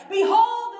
Behold